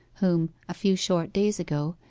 whom, a few short days ago,